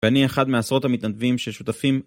ואני אחד מעשרות המתנדבים ששותפים